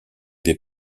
des